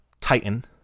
Titan